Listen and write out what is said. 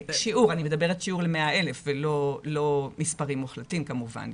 אני מדברת שיעור ל-100,000 ולא מספרים מוחלטים כמובן.